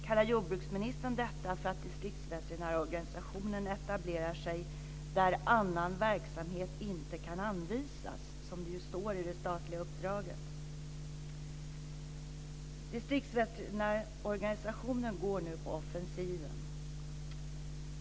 Kallar jordbruksministern detta för att distriktsveterinärorganisationen etablerar sig där "annan verksamhet inte kan anvisas", som det står i det statliga uppdraget? Distriktsveterinärorganisationen går nu på offensiven.